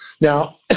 Now